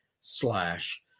slash